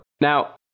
Now